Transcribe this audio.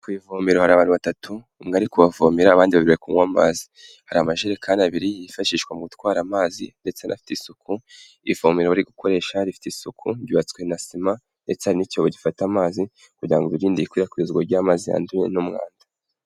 Ku ivomero hari abantu batatu umwe ari kubavomera abandi babiri bari kunywa amazi, hari amajerekani abiri yifashishwa mu gutwara amazi ndetse anafite isuku ivomero bari gukoresha rifite isuku ryubatswe na sima ndetse n'icyobo gifata amazi kugira ngo birinde ikwirakwizwa ry'amazi yanduye n'umwanda.